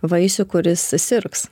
vaisių kuris sirgs